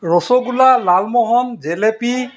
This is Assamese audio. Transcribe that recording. ৰসগোলা লালমোহন জেলেপী